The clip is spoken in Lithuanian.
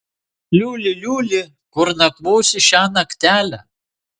liuli liuli kur nakvosi šią naktelę